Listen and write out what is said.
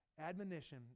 Admonition